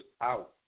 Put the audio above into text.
out